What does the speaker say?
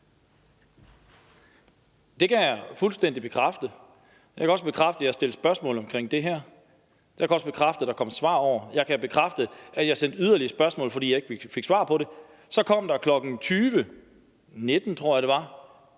Det kan jeg fuldstændig bekræfte. Jeg kan også bekræfte, at jeg har stillet spørgsmål om det her. Jeg kan også bekræfte, at der kom svar over. Jeg kan bekræfte, at jeg sendte yderligere spørgsmål, fordi jeg ikke fik svar på det. Så kom der kl. 20.19, tror jeg det var,